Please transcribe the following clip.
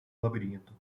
labirinto